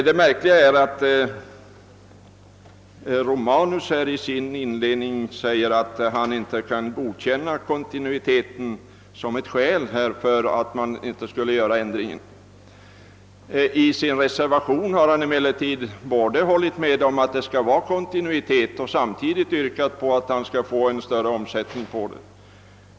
Det märkliga är att herr Romanus i sin inledning säger att han inte kan godkänna kontinuiteten som ett skäl för att man inte skulle göra ändringen. I sin reservation har han emellertid hållit med om att det skall råda kontinuitet samtidigt som han har yrkat på större omsättning.